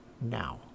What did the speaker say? now